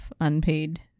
unpaid